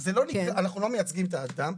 אנחנו לא מייצגים את האדם,